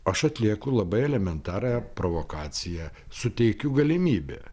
aš atlieku labai elementarią provokaciją suteikiu galimybę